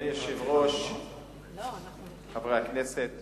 אני אבקש, חבר הכנסת